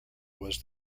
was